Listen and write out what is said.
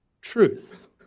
truth